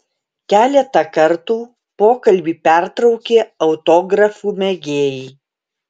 keletą kartų pokalbį pertraukė autografų mėgėjai